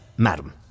Madam